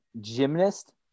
gymnast